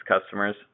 customers